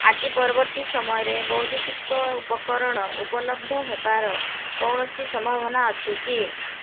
ଆଜି ପରବର୍ତ୍ତୀ ସମୟରେ ବୈଦ୍ୟୁତିକ ଉପକରଣ ଉପଲବ୍ଧ ହେବାର କୌଣସି ସମ୍ଭାବନା ଅଛି କି